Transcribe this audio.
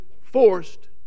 forced